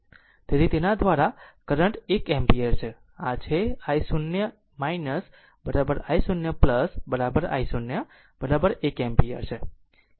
તેથી અને તેના દ્વારા કરંટ એક એમ્પીયર છે આ છે i0 i0 i0 i0 એક એમ્પીયર છે